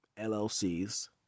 llc's